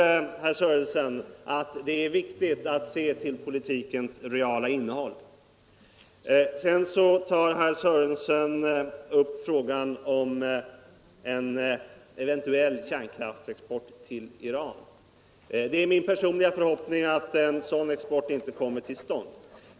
herr Sörenson, att det är viktigt att se till politikens reala innehåll. Sedan tar herr Sörenson upp frågan om en eventuell kärnkraftsexport till Iran. Det är min personliga förhoppning att en sådan export inte kommer till stånd.